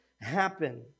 happen